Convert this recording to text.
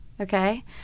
okay